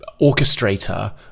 orchestrator